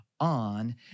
on